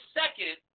second